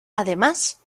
además